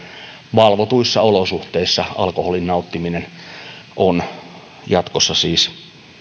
valvotuissa olosuhteissa alkoholin nauttiminen on jatkossa siis